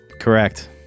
Correct